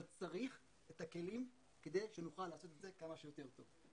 אבל צריך את הכלים כדי שנוכל לעשות את זה כמה שיותר טוב.